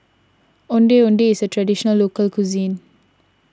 Ondeh Ondeh is a Traditional Local Cuisine